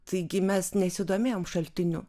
taigi mes nesidomėjom šaltiniu